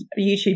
YouTube